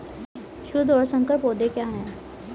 शुद्ध और संकर पौधे क्या हैं?